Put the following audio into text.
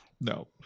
No